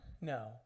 No